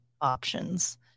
options